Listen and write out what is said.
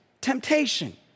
temptation